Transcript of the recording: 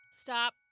Stop